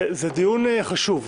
זה דיון חשוב,